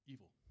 evil